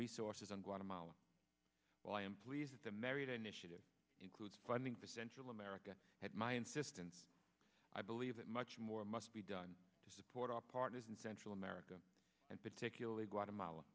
resources on guatemala well i am pleased at the marriott initiative includes funding for central america at my insistence i believe that much more must be done to support our partners in central america and particularly guatemala